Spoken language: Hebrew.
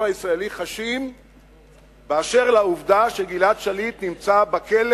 הישראלי חשים באשר לעובדה שגלעד שליט נמצא בכלא